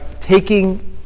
taking